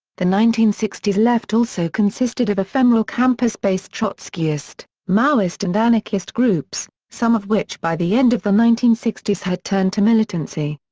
the nineteen sixty s left also consisted of ephemeral campus-based trotskyist, maoist and anarchist groups, some of which by the end of the nineteen sixty s had turned to militancy.